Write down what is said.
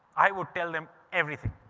i would tell them everything.